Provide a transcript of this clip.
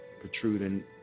protruding